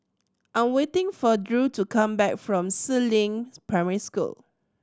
I am waiting for Drew to come back from Si Ling Primary School